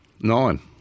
Nine